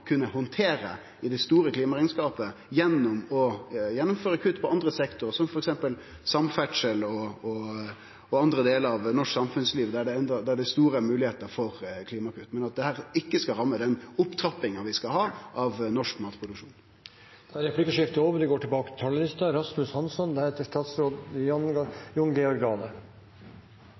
kunne handtere i det store klimarekneskapet, ved å gjennomføre kutt på andre sektorar, som f.eks. samferdsel og andre delar av norsk samfunnsliv der det er store moglegheiter for klimakutt. Men dette skal ikkje ramme den opptrappinga vi skal ha av norsk matproduksjon. Replikkordskiftet er